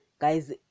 guys